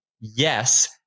yes